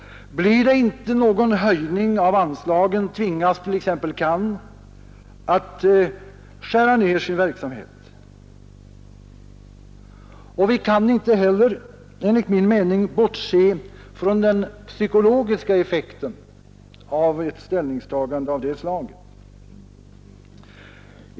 Blir det inte någon höjning av anslagen tvingas t.ex. CAN att skära ner sin verksamhet. Vi kan inte heller enligt min mening bortse från den psykologiska effekten av ett ställningstagande av det slaget.